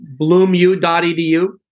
bloomu.edu